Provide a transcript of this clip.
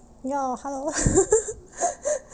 ya hello